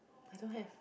I don't have